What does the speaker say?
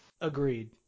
Agreed